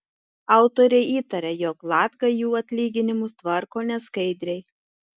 autoriai įtaria jog latga jų atlyginimus tvarko neskaidriai